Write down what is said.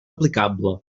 aplicable